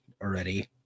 already